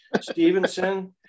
stevenson